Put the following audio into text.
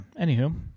Anywho